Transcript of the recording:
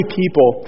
people